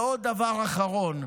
עוד דבר אחרון.